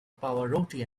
pavarotti